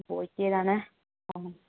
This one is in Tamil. இப்போ ஓகே தானே ஆமாம்